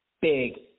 big